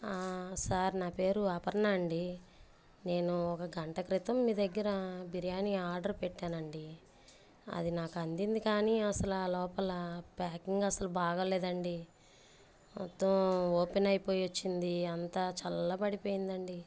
sir నా పేరు అపర్ణ అండి నేను ఒక గంట క్రితం మీ దగ్గర బిర్యానీ ఆర్డర్ పెట్టానండి అది నాకందింది కానీ అసల ఆ లోపల ప్యాకింగ్ అసలు బాగా లేదండి మొత్తం ఓపెన్ అయిపోయి వచ్చింది అంతా చల్లపడిపోయిందండి